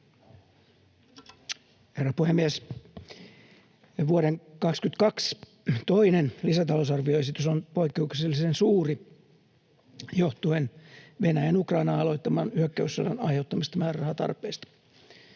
Herra puhemies! Vuoden 22 toinen lisätalousarvioesitys on poikkeuksellisen suuri johtuen Venäjän Ukrainaan aloittaman hyökkäyssodan aiheuttamista määrärahatarpeista.